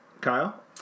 Kyle